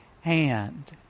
hand